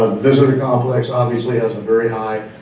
visitor complex obviously has a very high,